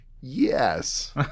yes